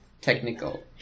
technical